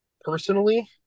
personally